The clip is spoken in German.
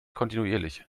kontinuierlich